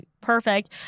perfect